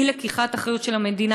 אי-לקיחת אחריות של המדינה,